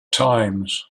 times